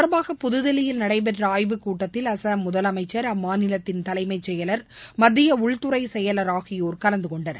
தொடர்பாக புதுதில்லியில் நடைபெற்ற ஆய்வுக்கூட்டத்தில் இது அஸ்ஸாம் முதலமைச்சர் அம்மாநிலத்தின் தலைமைச்செயலர் மத்திய உள்துறை செயலர் ஆகியோர் கலந்துகொண்டனர்